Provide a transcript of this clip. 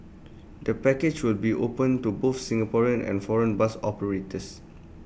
the package will be open to both Singapore and foreign bus operators